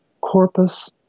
corpus